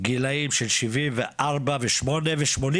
גילאים של 74 ו-78 ו-84